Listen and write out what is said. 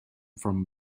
from